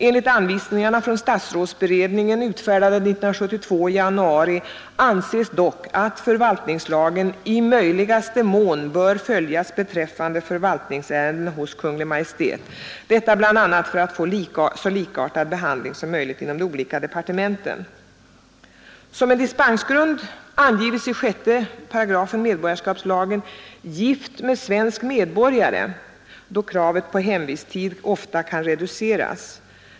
Enligt anvisningar från statsrådsberedningen utfärdade i januari 1972 anses dock att förvaltningslagen i möjligaste mån bör följas beträffande förvaltningsärenden hos Kungl. Maj:t. Detta bl.a. för att få så likartad behandling som möjligt inom de olika departementen. Som en dispensgrund angives i 6 § medborgarskapslagen ”gift med svensk medborgare” då kravet på hemvisttid ofta kan reduceras.